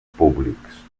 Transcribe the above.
públics